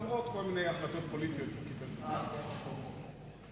למרות כל מיני החלטות פוליטיות שהוא קיבל בזמנו.